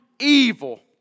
evil